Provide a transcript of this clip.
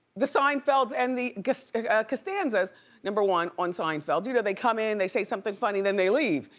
the seinfelds and the costanzas number one on seinfeld. you know they come in, they say something funny, then they leave.